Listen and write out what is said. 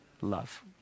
love